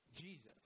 Jesus